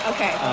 Okay